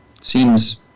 seems